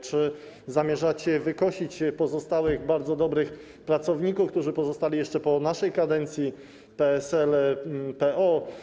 Czy zamierzacie wykosić pozostałych, bardzo dobrych pracowników, którzy pozostali jeszcze po naszej kadencji PSL-PO?